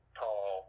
tall